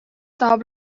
tahab